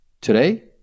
Today